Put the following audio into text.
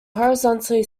horizontally